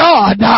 God